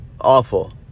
Awful